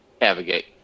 navigate